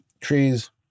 trees